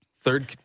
Third